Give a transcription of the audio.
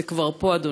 זה כבר פה, אדוני.